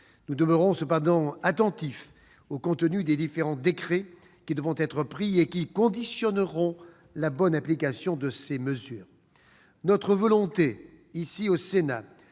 Nous demeurerons cependant attentifs au contenu des différents décrets qui devront être pris et qui conditionneront la bonne application de ces mesures. Au Sénat,